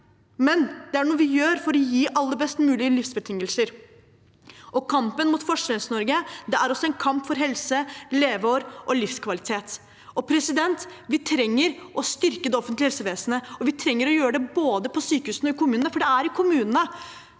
det lønner seg, men for å gi alle best mulig livsbetingelser. Kampen mot Forskjells-Norge er også en kamp for helse, leveår og livskvalitet. Vi trenger å styrke det offentlige helsevesenet, og vi trenger å gjøre det både på sykehusene og i kommunene, for det er i kommunene